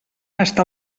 està